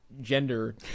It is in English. gender